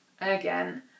again